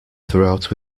throughout